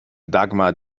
dagmar